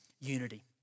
unity